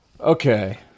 Okay